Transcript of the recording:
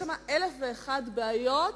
יש שם אלף ואחת בעיות,